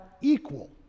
equal